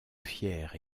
fière